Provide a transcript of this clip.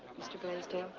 mr. blaisdell.